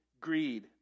greed